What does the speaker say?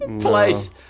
place